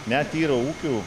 net yra ūkių